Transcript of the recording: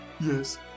Yes